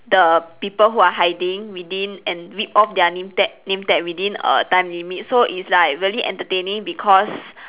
the people who are hiding within and rip of their name tag name tag within a time limit so it's like really entertaining because